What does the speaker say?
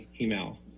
email